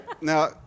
now